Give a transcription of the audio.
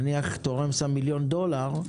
נניח שתורם שם מיליון דולר,